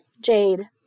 Jade